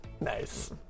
Nice